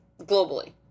globally